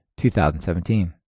2017